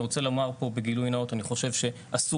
אני רוצה לומר פה בגילוי נאות, כל שיח